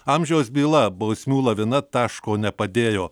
amžiaus byla bausmių lavina taško nepadėjo